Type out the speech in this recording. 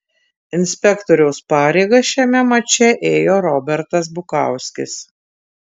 inspektoriaus pareigas šiame mače ėjo robertas bukauskis